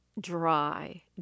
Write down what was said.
dry